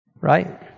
Right